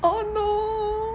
oh no